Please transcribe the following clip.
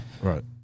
right